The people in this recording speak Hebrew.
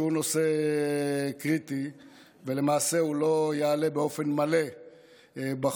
שהוא נושא קריטי ולמעשה הוא לא יעלה באופן מלא בחוק,